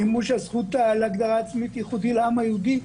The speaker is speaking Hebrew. שמדבר על מימוש הזכות של הגדרה עצמית ייחודית לעם היהודי,